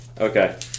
Okay